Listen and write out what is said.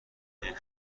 این